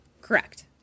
Correct